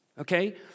okay